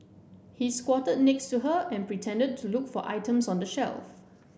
he squatted next to her and pretended to look for items on the shelf